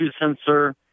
sensor